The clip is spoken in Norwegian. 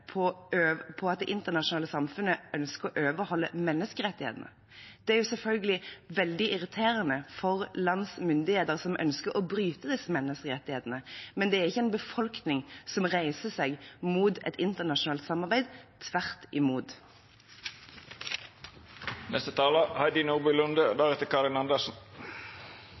på at det internasjonale samfunnet ønsker å overholde menneskerettighetene. Det er selvfølgelig veldig irriterende for lands myndigheter som ønsker å bryte disse menneskerettighetene, men det er ikke en befolkning som reiser seg mot et internasjonalt samarbeid – tvert imot. Jeg gir full støtte til forrige taler,